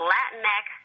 Latinx